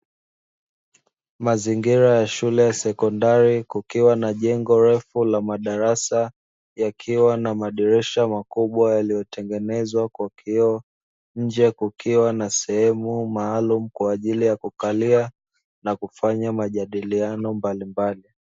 Mazingira ya shule ya sekondari kukiwa na jengo refu la madarasa, yakiwa na madirisha makubwa yaliyotengenezwa kwa kioo, nje kukiwa na sehemu maalumu kwa ajili ya kukalia na kufanya majadiliano mbalimbali.